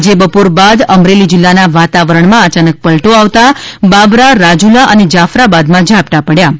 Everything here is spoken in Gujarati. આજે બપોર બાદ અમરેલી જિલ્લાના વાતાવરણમાં અયાનક પલટો આવતા બાબરા રાજુલા અને જાફરાબાદમાં ઝાપટાં પડ્યા છે